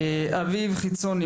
אביב חצבני,